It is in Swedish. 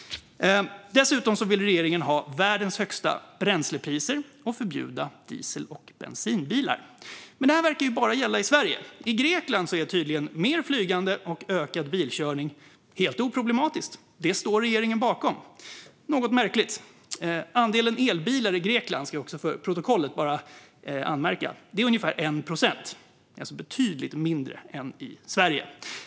Dessutom vill regeringen ha världens högsta bränslepriser och förbjuda diesel och bensinbilar. Men det här verkar bara gälla i Sverige. I Grekland är tydligen mer flygande och ökad bilkörning helt oproblematiskt. Det står regeringen bakom, vilket är något märkligt. Jag vill få fört till protokollet att andelen elbilar i Grekland är ungefär 1 procent, alltså betydligt mindre än i Sverige.